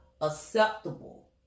acceptable